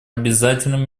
обязательным